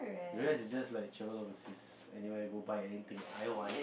the rest like is just travel overseas anywhere go buy anything I want